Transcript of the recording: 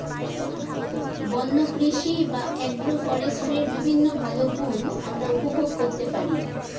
বন্য কৃষি বা অ্যাগ্রো ফরেস্ট্রির বিভিন্ন ভালো গুণ আমরা উপভোগ করতে পারি